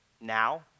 now